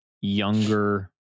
younger